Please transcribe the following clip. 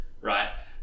right